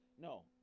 No